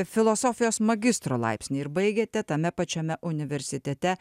filosofijos magistro laipsnį ir baigėte tame pačiame universitete